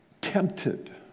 tempted